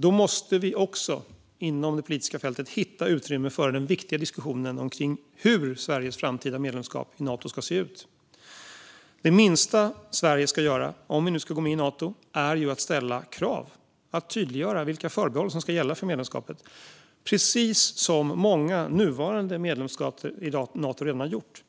Då måste vi också inom det politiska fältet hitta utrymme för den viktiga diskussionen om hur Sveriges framtida medlemskap i Nato ska se ut. Det minsta Sverige ska göra, om vi nu ska gå med i Nato, är att ställa krav, att tydliggöra vilka förbehåll som ska gälla för medlemskapet, precis som många nuvarande medlemsstater i Nato redan har gjort.